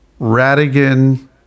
Radigan